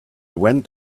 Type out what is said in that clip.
went